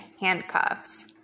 handcuffs